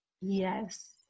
Yes